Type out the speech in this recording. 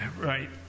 Right